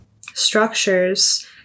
structures